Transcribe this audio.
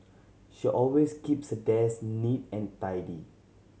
she always keeps her desk neat and tidy